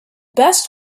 best